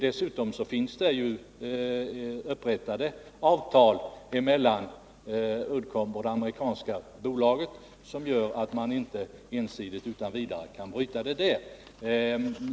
Dessutom finns det avtal mellan Uddcomb och det amerikanska bolaget som inte ensidigt utan vidare kan brytas.